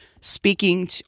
speaking